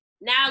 Now